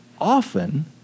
Often